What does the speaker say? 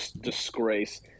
disgrace